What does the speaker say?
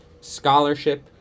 scholarship